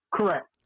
Correct